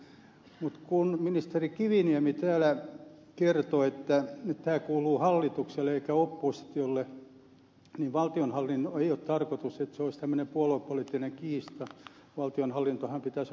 mutta kun ministeri kiviniemi täällä kertoi että tämä kuuluu hallitukselle eikä oppositiolle niin ei ole tarkoitus että valtionhallinto olisi tämmöinen puoluepoliittinen kiista valtionhallinnonhan pitäisi olla ikuinen